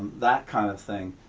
that kind of thing.